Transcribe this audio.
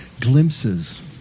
glimpses